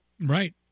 Right